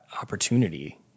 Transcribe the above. opportunity